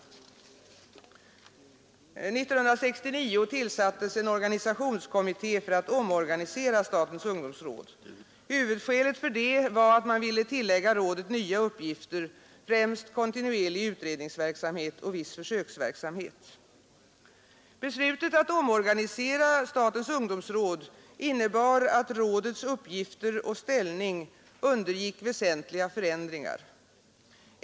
1969 tillsattes en organisationskommitté för att omorganisera statens ungdomsråd. Huvudskälet för detta var att man ville tillägga rådet nya uppgifter, främst kontinuerlig utredningsverksamhet och viss försöksverksamhet. Beslutet att omorganisera statens ungdomsråd innebar att rådets uppgifter och ställning undergick väsentliga förändringar.